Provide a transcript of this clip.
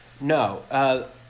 No